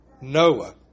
Noah